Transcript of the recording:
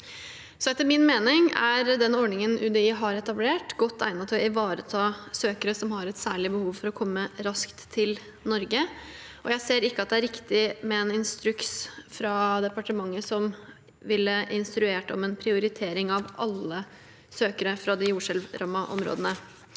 Etter min mening er den ordningen som UDI har etablert, godt egnet til å ivareta søkere som har et særlig behov for å komme raskt til Norge. Jeg ser ikke at det er riktig med en instruks fra departementet som ville instruert om prioritering av alle søkere fra de jordskjelvrammede områdene.